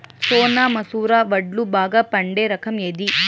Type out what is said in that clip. సోనా మసూర వడ్లు బాగా పండే రకం ఏది